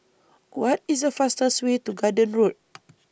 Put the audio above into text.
What IS The fastest Way to Garden Road